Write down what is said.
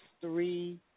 three